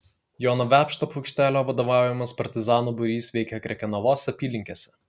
jono vepšto paukštelio vadovaujamas partizanų būrys veikė krekenavos apylinkėse